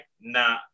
nah